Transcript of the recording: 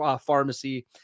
pharmacy